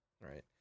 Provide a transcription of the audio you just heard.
Right